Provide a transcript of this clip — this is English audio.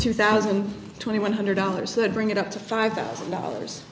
two thousand and twenty one hundred dollars to bring it up to five thousand dollars